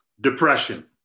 depression